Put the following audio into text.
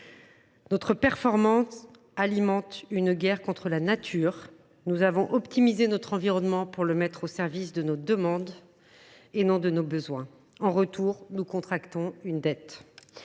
Notre performance alimente une guerre contre la nature. Nous avons optimisé notre environnement pour le mettre au service de nos demandes, et non de nos besoins. En retour, nous contractons une dette.